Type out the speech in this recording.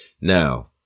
Now